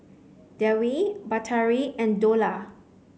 Dewi Batari and Dollah